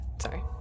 sorry